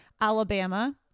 Alabama